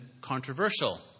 controversial